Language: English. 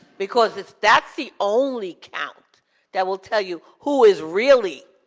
because that's that's the only count that will tell you who is really